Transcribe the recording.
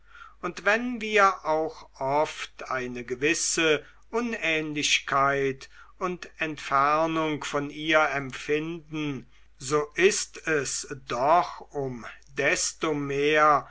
und wenn wir auch oft eine gewisse unähnlichkeit und entfernung von ihr empfinden so ist es doch um desto mehr